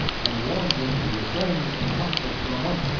and warned him to refrain from conflict for a month,